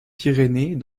pyrénées